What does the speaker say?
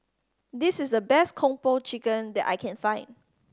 this is the best Kung Po Chicken that I can find